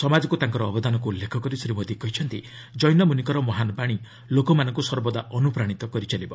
ସମାଜକୁ ତାଙ୍କର ଅବଦାନକୁ ଉଲ୍ଲେଖ କରି ଶ୍ରୀ ମୋଦି କହିଛନ୍ତି ଜୈନମୁନିଙ୍କର ମହାନ୍ ବାଣୀ ଲୋକମାନଙ୍କୁ ସର୍ବଦା ଅନୁପ୍ରାଣୀତ କରି ଚାଲିବ